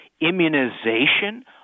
immunization